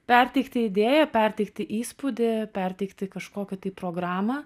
perteikti idėją perteikti įspūdį perteikti kažkokią tai programą